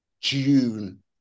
June